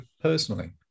personally